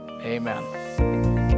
amen